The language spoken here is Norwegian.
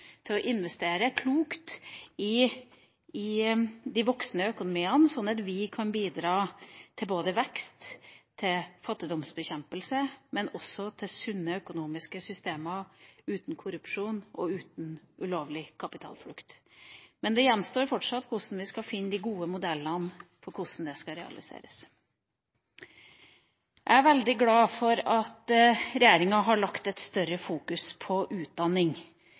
til å investere klokt i de voksende økonomiene, slik at vi kan bidra til både vekst og fattigdomsbekjempelse, men også til sunne økonomiske systemer uten korrupsjon og ulovlig kapitalflukt. Men det gjenstår fortsatt å se hvordan vi skal finne de gode modellene for hvordan det skal realiseres. Jeg er veldig glad for at regjeringa har satt et større fokus på utdanning